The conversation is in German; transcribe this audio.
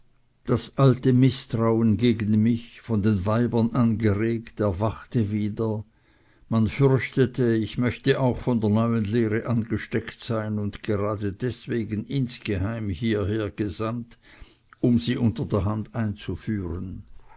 das alte mißtrauen gegen mich von den weibern angeregt erwachte wieder man fürchtete ich möchte auch von der neuen lehre angesteckt sein und gerade deswegen insgeheim hieher gesandt um sie unter der hand einzuführen